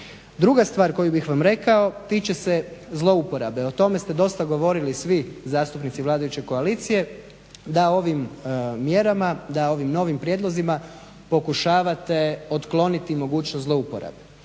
Druga stvar koju bih vam rekao tiče se zlouporabe, o tome ste dosta govorili svi zastupnici vladajuće koalicije da ovim mjerama, da ovim novim prijedlozima pokušavate otkloniti mogućnost zlouporabe.